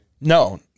No